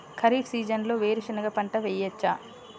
ఖరీఫ్ సీజన్లో వేరు శెనగ పంట వేయచ్చా?